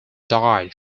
died